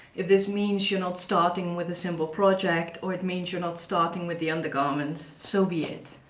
if this means you're not starting with a simple project or it means you're not starting with the undergarments so be it.